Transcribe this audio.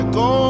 go